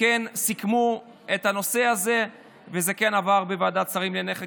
כן סיכמו את הנושא הזה וזה כן עבר בוועדת שרים לענייני חקיקה.